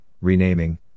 renaming